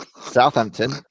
Southampton